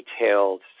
detailed